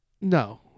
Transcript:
No